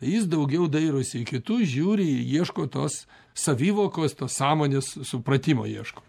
jis daugiau dairosi į kitus žiūri ieško tos savivokos tos sąmonės supratimo ieško